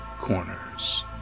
Corners